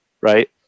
Right